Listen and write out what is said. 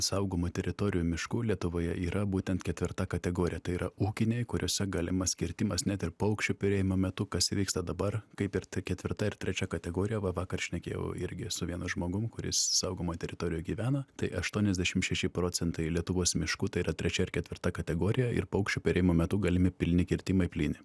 saugomų teritorijų miškų lietuvoje yra būtent ketvirta kategorija tai yra ūkiniai kuriuose galimas kirtimas net ir paukščių perėjimo metu kas ir vyksta dabar kaip ir ta ketvirta ir trečia kategorija va vakar šnekėjau irgi su vienu žmogum kuris saugomoj teritorijoj gyvena tai aštuoniasdešim šeši procentai lietuvos miškų tai yra trečia ir ketvirta kategorija ir paukščių perėjimo metu galimi pilni kirtimai plyni